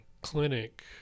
clinic